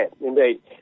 indeed